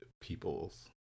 people's